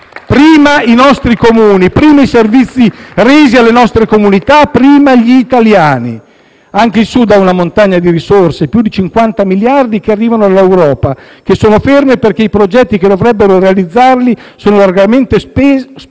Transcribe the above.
Prima i nostri Comuni, prima i servizi resi alle nostre comunità, prima gli italiani. Anche il Sud ha una montagna di risorse: più di 50 miliardi che arrivano dall'Europa sono fermi perché i progetti che vengono presentati sono per lo più basati